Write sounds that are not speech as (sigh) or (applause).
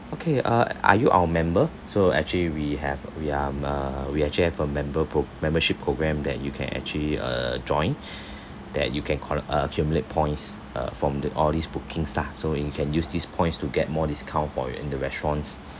okay uh are you our member so actually we have we are um we actually have a member pro~ membership programme that you can actually uh join (breath) that you can collect uh accumulate points uh from the all these bookings lah so you can use this points to get more discount for your in the restaurants